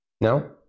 No